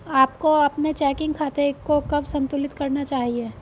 आपको अपने चेकिंग खाते को कब संतुलित करना चाहिए?